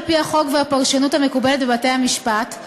על-פי החוק והפרשנות המקובלת בבתי-המשפט,